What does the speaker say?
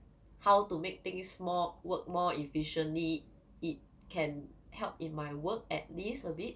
how to make things more work more efficiently it can help in my work at least a bit